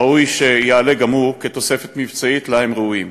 ראוי שיעלה גם הוא, כתוספת מבצעית שלה הם ראויים.